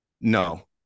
No